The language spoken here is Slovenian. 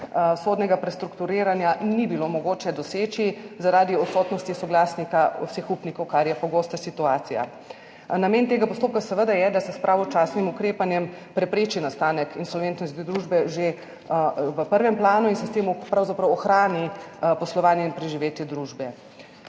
zunajsodnega prestrukturiranja ni bilo mogoče doseči zaradi odsotnosti soglasja vseh upnikov, kar je pogosta situacija. Namen tega postopka je seveda, da se s pravočasnim ukrepanjem prepreči nastanek insolventnosti družbe že v prvem planu in se s tem pravzaprav ohrani poslovanje in preživetje družbe.